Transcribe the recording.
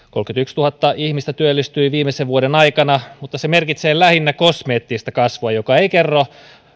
kolmekymmentätuhatta ihmistä työllistyi viimeisen vuoden aikana mutta se merkitsee lähinnä kosmeettista kasvua joka ei kerro